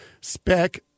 spec